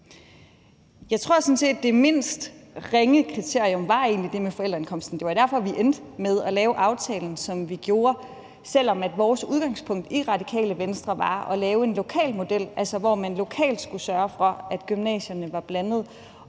det mindst ringe kriterium egentlig var det med forældreindkomsten. Det var derfor, vi endte med at lave aftalen, som vi gjorde, selv om vores udgangspunkt i Radikale Venstre var at lave en lokal model, altså hvor man lokalt skulle sørge for, at gymnasierne var blandet.